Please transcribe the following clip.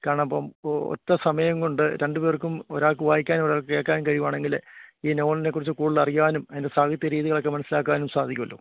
കാരണം ഇപ്പോള് ഒറ്റ സമയം കൊണ്ട് രണ്ടുപേർക്കും ഒരാൾക്ക് വായിക്കാനും ഒരാൾക്ക് കേൾക്കാനും കഴിയുകയാണെങ്കില് ഈ നോവലിനെക്കുറിച്ച് കൂടുതലറിയാനും അതിൻ്റെ സാഹിത്യ രീതികളൊക്കെ മനസ്സിലാക്കാനും സാധിക്കുമല്ലോ